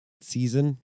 season